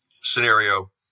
scenario